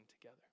together